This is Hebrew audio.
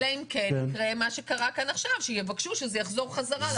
אלא אם כן יקרה מה שקרה כאן עכשיו שיבקשו שזה יחזור חזרה לוועדה.